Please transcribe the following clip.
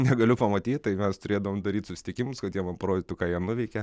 negaliu pamatyt tai mes turėdavom daryt susitikimus kad jie man parodytų ką jie nuveikė